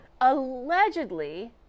Allegedly